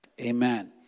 Amen